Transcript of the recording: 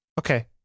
Okay